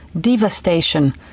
devastation